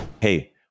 Hey